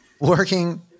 working